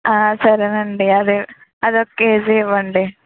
సరేనండి అదే అది ఒక కేజీ ఇవ్వండి